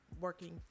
working